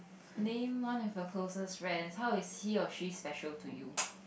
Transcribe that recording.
name one of your closest friends how is he or she special to you